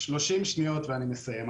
30 שניות ואני מסיים.